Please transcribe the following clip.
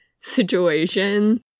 situation